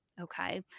Okay